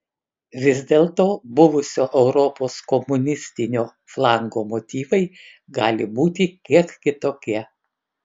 vis dėlto buvusio europos komunistinio flango motyvai gali būti kiek kitokie